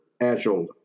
Agile